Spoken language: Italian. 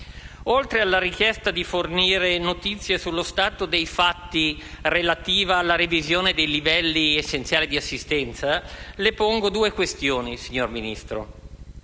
Oltre alla richiesta di fornire notizie sullo stato dei fatti relativo alla revisione dei livelli essenziali di assistenza, le pongo due questioni, signora Ministra.